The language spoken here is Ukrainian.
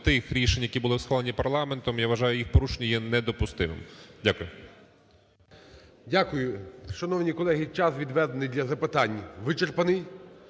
тих рішень, які були схвалені парламентом, я вважаю, їх порушення є недопустимим. Дякую. ГОЛОВУЮЧИЙ. Дякую. Шановні колеги, час, відведений для запитань, вичерпаний.